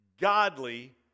godly